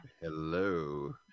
Hello